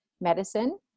Medicine